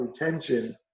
retention